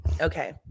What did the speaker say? okay